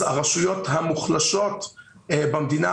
הרשויות המוחלשות במדינה,